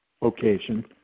location